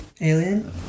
Alien